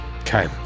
Okay